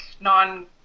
non